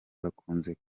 bakunze